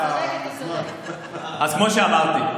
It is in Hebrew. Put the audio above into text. אז כמו שאמרתי.